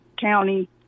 county